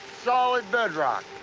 solid bedrock.